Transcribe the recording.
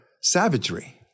savagery